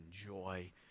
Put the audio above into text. enjoy